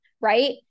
right